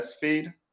feed